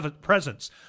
presence